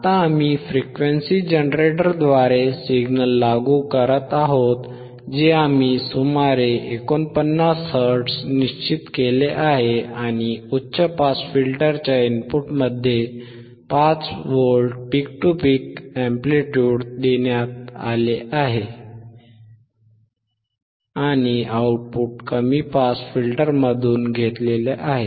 आता आम्ही फ्रिक्वेन्सी जनरेटरद्वारे सिग्नल लागू करत आहोत जे आम्ही सुमारे 49 हर्ट्झ निश्चित केले आहे आणि उच्च पास फिल्टरच्या इनपुटमध्ये 5 volt peak to peak amplitude देण्यात आले आहे आणि आउटपुट कमी पास फिल्टरमधून आहे